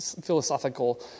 philosophical